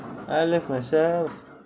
I love myself